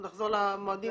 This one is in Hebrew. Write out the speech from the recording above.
נחזור על המועדים,